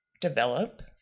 develop